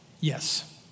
yes